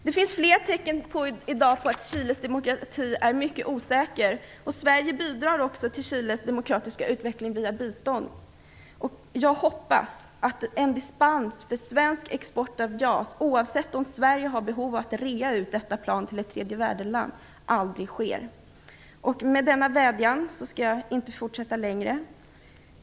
Det finns i dag flera tecken på att Chiles demokrati är mycket osäker, och Sverige bidrar till den demokratiska utvecklingen genom bistånd. Jag hoppas att en dispens för export av JAS aldrig ges, oavsett om Sverige har behov av att realisera ut detta plan till ett tredje-världen-land. Med denna vädjan vill jag sluta.